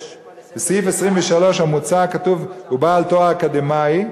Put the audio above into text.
6. בסעיף 23 המוצע כתוב: "ובעל תואר אקדמי",